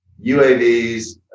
UAVs